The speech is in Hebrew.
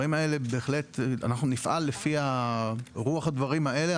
אנחנו נפעל לפי רוח הדברים האלה.